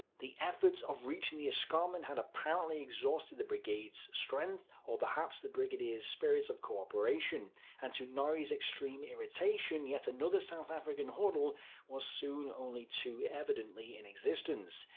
the effort of reaching the escarpment had apparently exhausted the brigade's strength or perhaps its brigadier's spirit of co-operation and to norrie's extreme irritation, yet another south african huddle was soon only too evidently in existence,